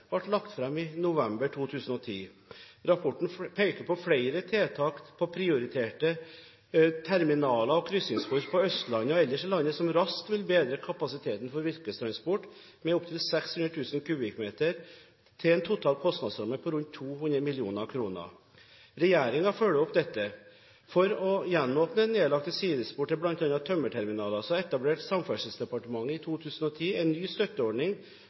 flere tiltak på prioriterte terminaler og kryssingsspor på Østlandet og ellers i landet som raskt vil bedre kapasiteten for virkestransport med opptil 600 000 m3, til en total kostnadsramme på rundt 200 mill. kr. Regjeringen følger opp dette. For å gjenåpne nedlagte sidespor til bl.a. tømmerterminaler etablerte Samferdselsdepartementet i 2010 en ny støtteordning